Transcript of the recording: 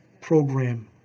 program